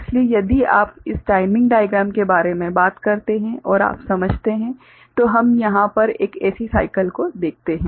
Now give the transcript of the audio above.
इसलिए यदि आप इस टाइमिंग डाइग्राम के बारे में बात करते हैं आप समझते हैं तो हम यहाँ पर एक ऐसी साइकल को देखते हैं